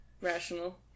rational